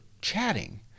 chatting